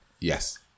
yes